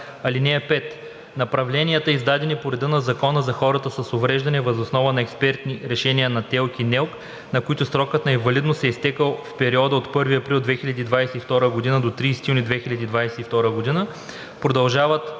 1. (5) Направленията, издадени по реда на Закона за хората с увреждания въз основа на експертни решения на ТЕЛК и НЕЛК, на които срокът на инвалидност е изтекъл в периода от 1 април 2022 г. до 30 юни 2022 г., продължават